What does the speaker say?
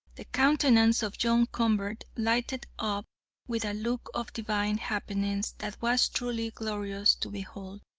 the countenance of john convert lighted up with a look of divine happiness that was truly glorious to behold,